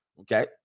Okay